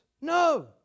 No